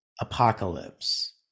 Apocalypse